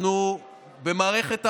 אנחנו במערכת החינוך,